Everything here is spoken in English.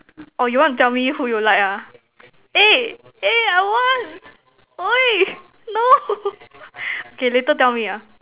oh you want to tell me who you like ah eh eh I want !oi! no okay later tell me ah